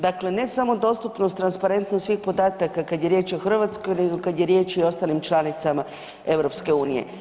Dakle, ne samo dostupnost, transparentnost svih podataka kada je riječ o Hrvatskoj nego kada je riječ i o ostalim članicama EU.